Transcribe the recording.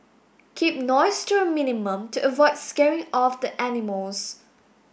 keep noise to a minimum to avoid scaring off the animals